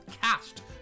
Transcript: cast